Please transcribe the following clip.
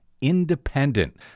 independent